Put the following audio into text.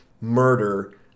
murder